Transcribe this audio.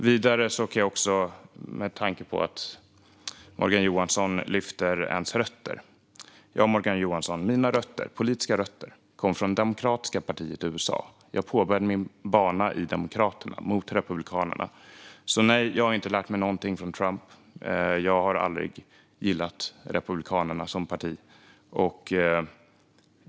Vidare kan jag, med tanke på att Morgan Johansson talade om rötter, säga att mina politiska rötter kommer från det demokratiska partiet i USA. Jag påbörjade min bana i Demokraterna, mot Republikanerna. Så nej - jag har inte lärt mig någonting från Trump, och jag har aldrig gillat Republikanerna som parti.